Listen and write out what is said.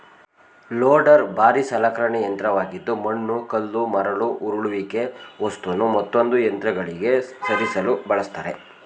loader ಭಾರೀ ಸಲಕರಣೆ ಯಂತ್ರವಾಗಿದ್ದು ಮಣ್ಣು ಕಲ್ಲು ಮರಳು ಉರುಳಿಸುವಿಕೆ ವಸ್ತುನು ಮತ್ತೊಂದು ಯಂತ್ರಗಳಿಗೆ ಸರಿಸಲು ಬಳಸ್ತರೆ